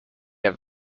have